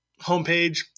homepage